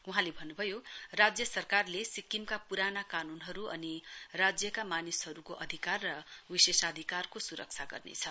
वहाँले भन्नुभयो राज्य सरकारले सिक्किमका पुराना कानुनहरू अनि राज्यका मानिसहरूको अधिकार र विशेषाधिकारको सुरक्षा गर्नेछ